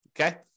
okay